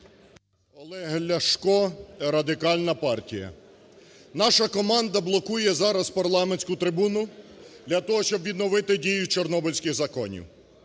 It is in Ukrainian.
Олег Ляшко, Радикальна партія. Наша команда блокує зараз парламентську трибуну для того, щоб відновити дію чорнобильських законів.